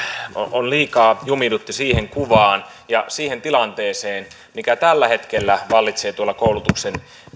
on liikaa jumiuduttu siihen kuvaan ja siihen tilanteeseen mikä tällä hetkellä vallitsee tuolla koulutuksen